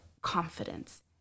confidence